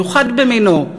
מיוחד במינו,